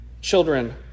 children